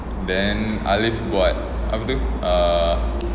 then alif buat apa tu err